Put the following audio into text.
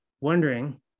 wondering